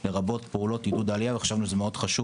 לרבות פעולות עידוד העלייה וחשבנו שזה מאוד חשוב,